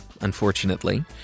unfortunately